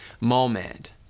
moment